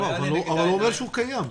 הוא היה לנגד העיניים --- הוא אומר שהוא קיים,